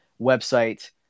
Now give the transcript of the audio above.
website